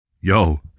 Yo